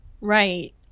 Right